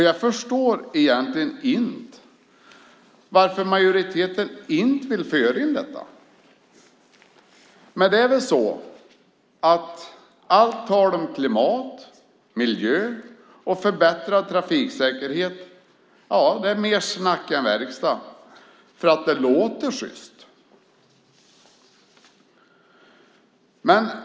Jag förstår egentligen inte varför majoriteten inte vill föra in detta. Men det är väl så att allt tal om klimat, miljö och förbättrad trafiksäkerhet är mer snack än verkstad; det låter ju sjyst.